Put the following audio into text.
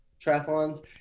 triathlons